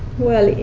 well,